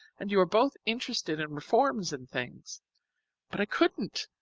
and you are both interested in reforms and things but i couldn't,